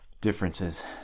differences